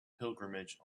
pilgrimage